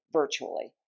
virtually